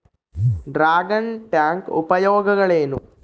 Dragon tank ಉಪಯೋಗಗಳೇನು?